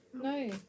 No